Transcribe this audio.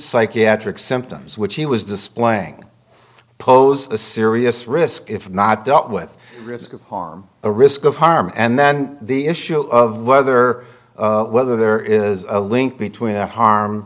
psychiatric symptoms which he was displaying pose a serious risk if not dealt with risk of harm a risk of harm and then the issue of whether whether there is a link between the harm